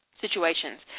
situations